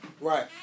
Right